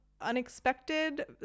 unexpected